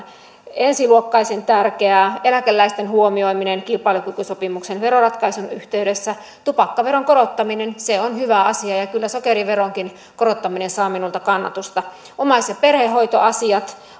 ensiluokkaisen tärkeää samoin on tärkeää eläkeläisten huomioiminen kilpailukykysopimuksen veroratkaisun yhteydessä tupakkaveron korottaminen on hyvä asia ja kyllä sokeriveronkin korottaminen saa minulta kannatusta omais ja perhehoitoasioissa